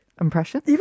impression